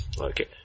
Okay